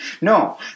No